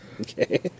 Okay